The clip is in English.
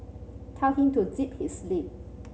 tell him to zip his lip